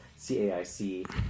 CAIC